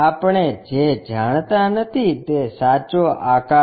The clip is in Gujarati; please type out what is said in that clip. આપણે જે જાણતા નથી તે સાચો આકાર છે